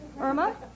Irma